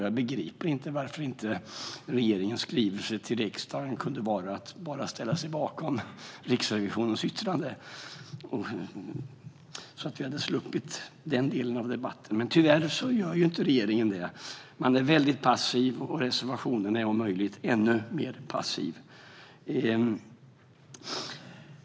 Jag begriper inte varför inte regeringens skrivelse till riksdagen skulle kunna innebära att man ska ställa sig bakom Riksrevisionens yttrande. Då hade vi sluppit den delen av debatten. Men tyvärr gör inte regeringen så. Man är väldigt passiv, och reservationen är om möjligt ännu mer passiv.